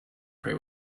pray